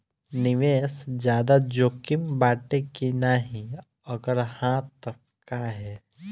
निवेस ज्यादा जोकिम बाटे कि नाहीं अगर हा तह काहे?